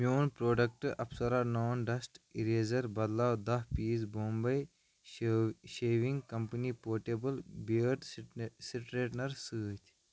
میون پروڈکٹُک آرڈر افسارا نان ڈسٹ اِریزر بدلاو دَہ piece Bombay shaving company portable beard straightener سۭتۍ